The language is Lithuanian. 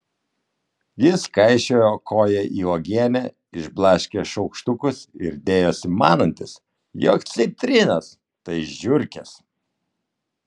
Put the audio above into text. jis kaišiojo koją į uogienę išblaškė šaukštukus ir dėjosi manantis jog citrinos tai žiurkės